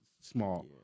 small